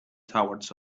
towards